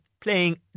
playing